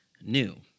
new